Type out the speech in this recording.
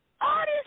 Artist